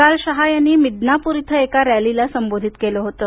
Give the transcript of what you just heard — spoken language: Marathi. काल शहा यांनी मिदनापूर इथं एका रॅलीला संबोधित केलं होतं